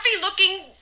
looking